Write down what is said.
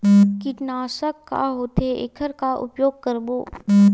कीटनाशक का होथे एखर का उपयोग करबो?